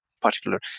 particular